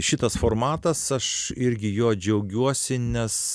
šitas formatas aš irgi juo džiaugiuosi nes